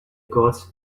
gods